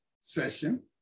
session